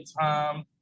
time